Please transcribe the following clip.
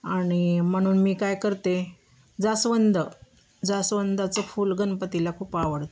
आणि म्हणून मी काय करते जास्वंद जास्वंदाचं फूल गणपतीला खूप आवडतं